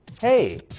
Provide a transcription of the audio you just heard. Hey